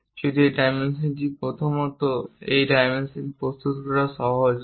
যদি এই ডাইমেনশনটি প্রথমত একই ডাইমেনশন প্রস্তুত করা সহজ হয় না